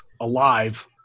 alive